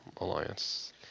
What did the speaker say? Alliance